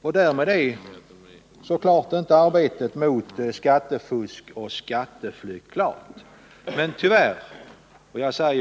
Därmed är inte arbetet mot skattefusk och skatteflykt klart, men tyvärr — och jag betonar